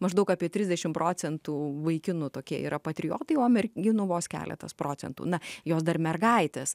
maždaug apie trisdešim procentų vaikinų tokie yra patriotai o merginų vos keletas procentų na jos dar mergaitės